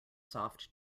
soft